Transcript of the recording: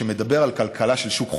שמדבר על כלכלה של שוק חופשי,